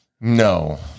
No